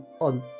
on